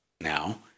now